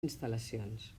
instal·lacions